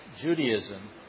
Judaism